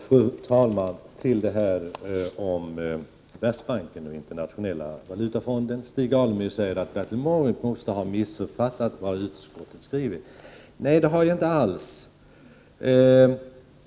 Fru talman! Åter till frågan om Världsbanken och Internationella valutafonden. Stig Alemyr säger att jag måste ha missuppfattat vad utskottet har skrivit. Nej, det har jag inte alls.